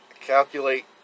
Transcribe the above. Calculate